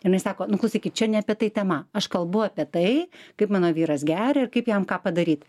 jinai sako nu klausykit čia ne apie tai tema aš kalbu apie tai kaip mano vyras geria ir kaip jam ką padaryt